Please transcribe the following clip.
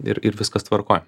ir ir viskas tvarkoj